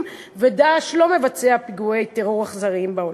ו"דאעש" לא מבצע פיגועי טרור אזרחיים בעולם.